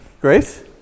Grace